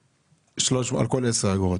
על כל 10 אגורות,